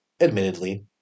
admittedly